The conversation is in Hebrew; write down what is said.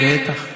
בטח.